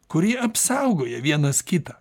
kuri apsaugoja vienas kitą